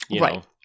Right